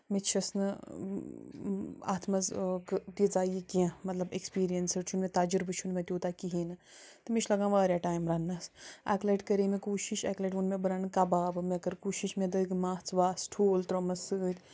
مےٚ چھُس نہٕ اَتھ منٛز تیٖژاہ یہِ کیٚنٛہہ مطلب ایٚکٕسپیٖرینسٕڈ چھُ مےٚ تجرُبہٕ چھُنہٕ مےٚ تیوٗتاہ کِہیٖنۍ نہٕ تہٕ مےٚ چھُ لَگان وارِیاہ ٹایِم رننس اَکہِ لَٹہِ کَرے مےٚ کوٗشش اَکہِ لَٹہِ ووٚن مےٚ بہٕ رَنہٕ کَبابہٕ مےٚ کٔر کوٗشش مےٚ دٔگۍ مژھ وَژھ ٹھوٗل ترومَس سۭتۍ